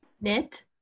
Knit